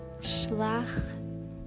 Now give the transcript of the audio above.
shlach